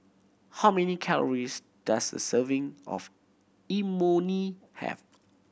how many calories does a serving of Imoni have